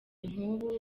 nk’ubu